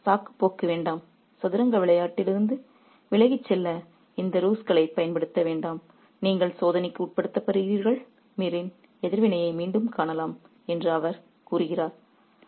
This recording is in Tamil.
அவர் சாக்குப்போக்கு வேண்டாம் சதுரங்க விளையாட்டிலிருந்து விலகிச் செல்ல இந்த ரூஸ்களைப் பயன்படுத்த வேண்டாம் நீங்கள் சோதனைக்கு உட்படுத்தப்படுகிறீர்கள் மீரின் எதிர்வினையை மீண்டும் காணலாம் என்று அவர் கூறுகிறார்